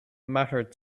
mattered